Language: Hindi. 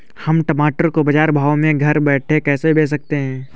हम टमाटर को बाजार भाव में घर बैठे कैसे बेच सकते हैं?